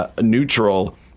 neutral